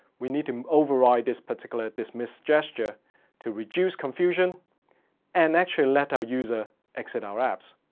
we need to override this particular dismiss gesture to reduce confusion and actually let our user exit our apps.